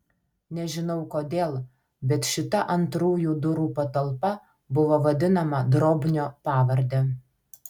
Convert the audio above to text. nežinau kodėl bet šita antrųjų durų patalpa buvo vadinama drobnio pavarde